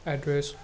address